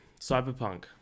Cyberpunk